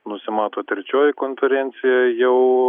nusimato trečioji konferencija jau